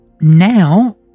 Now